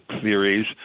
theories